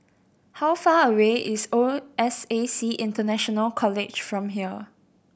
how far away is O S A C International College from here